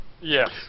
Yes